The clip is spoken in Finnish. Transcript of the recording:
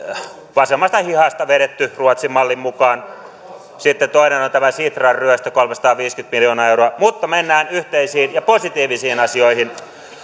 vasemmasta hihasta vedetty ruotsin mallin mukaan sitten toinen on tämä sitran ryöstö kolmesataaviisikymmentä miljoonaa euroa mutta mennään yhteisiin ja positiivisiin asioihin